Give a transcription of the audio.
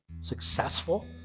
successful